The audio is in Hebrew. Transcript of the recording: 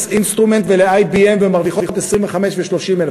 אינסטרומנטס" ול-IBM ומרוויחות 25,000 ו-30,000.